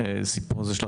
תודה.